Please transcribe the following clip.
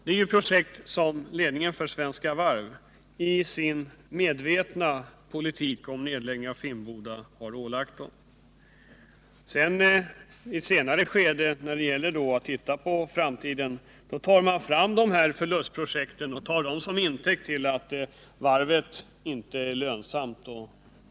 Det är projekt som ledningen för Svenska Varv i sin medvetna politik för nedläggning av Finnboda har ålagt dem. I ett senare skede, när det gäller att titta på framtiden, tar Svenska Varv fram dessa förlustprojekt och tar dem till intäkt för att varvet inte är lönsamt.